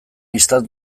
istant